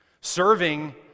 Serving